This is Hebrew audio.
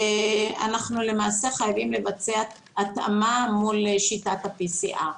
אנחנו למעשה חייבים לבצע התאמה מול שיטת ה-PCR.